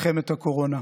מלחמת הקורונה.